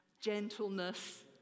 gentleness